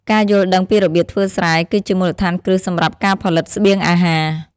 ការយល់ដឹងពីរបៀបធ្វើស្រែ គឺជាមូលដ្ឋានគ្រឹះសម្រាប់ការផលិតស្បៀងអាហារ។